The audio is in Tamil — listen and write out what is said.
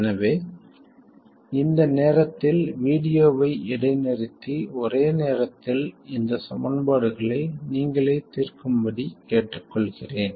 எனவே இந்த நேரத்தில் வீடியோவை இடைநிறுத்தி ஒரே நேரத்தில் இந்த சமன்பாடுகளை நீங்களே தீர்க்கும்படி கேட்டுக்கொள்கிறேன்